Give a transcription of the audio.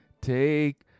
Take